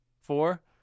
Four